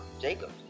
Jacob